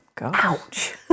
Ouch